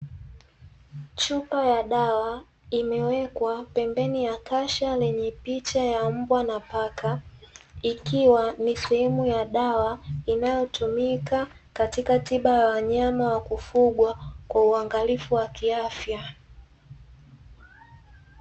Chupa ya dawa imewekwa pembeni ya kasha lenye picha ya mbwa na paka, ikiwa ni sehemu ya dawa inayotumika katika tiba ya wanyama wa kufugwa, kwa uangalifu wa kiafya.